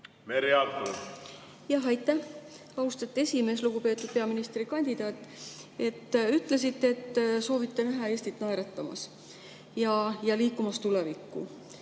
Aitäh, austatud esimees! Lugupeetud peaministrikandidaat! Ütlesite, et soovite näha Eestit naeratamas ja liikumas tulevikku.